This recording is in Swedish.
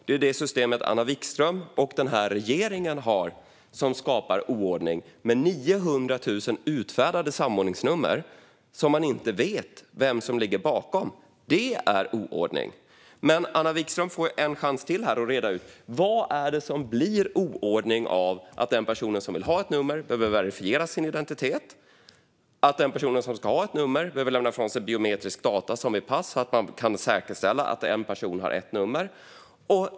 Det är det system Anna Vikström och regeringen har som skapar oordning, med 900 000 utfärdade samordningsnummer som man inte vet vem som står bakom. Det är oordning. Anna Vikström får en chans till att reda ut vad det är som blir oordning av att den person som vill ha ett nummer behöver verifiera sin identitet och lämna ifrån sig biometriska data så att man kan säkerställa att en person har ett nummer.